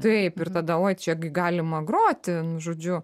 taip ir tada oi čia gi galima groti žodžiu